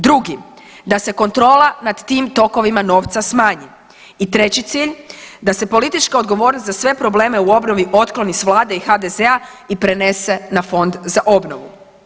Drugi, da se kontrola nad tim tokovima novca smanji i treći cilj da se politička odgovornost za sve probleme u obnovi otkloni s vlade i HDZ-a i prenese na Fond za obnovu.